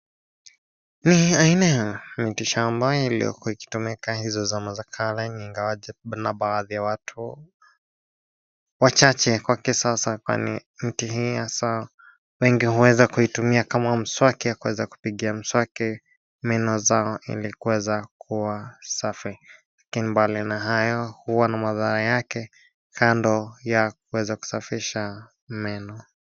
Ni aina ya miti shamba iliyokuwa ikitumika hizo zama za kale na baadhi ya watu wachache kwa kisasa kwani mti hii hasa wengi huweza kuitumia kama mswaki ya kuweza kupiga mswaki meno zao ili kuweza kuwa safi. Bali na hayo huwa na madhara yake kando ya kuweza kusafisha meno.